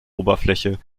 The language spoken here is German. oberfläche